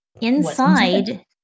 Inside